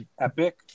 Epic